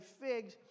figs